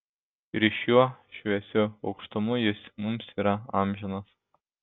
ir šiuo šviesiu aukštumu jis mums yra amžinas